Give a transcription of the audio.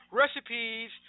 recipes